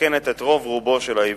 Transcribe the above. מתקנת את רוב רובו של העיוות.